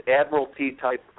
admiralty-type